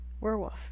Werewolf